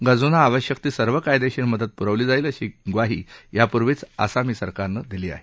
गरजूंना आवश्यक ती सर्व कायदेशीर मदत पुरवली जाईल अशी ग्वाही यापूर्वीच आसामी सरकारनं दिली आहे